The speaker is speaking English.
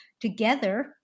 together